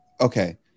Okay